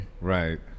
Right